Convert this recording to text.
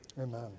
Amen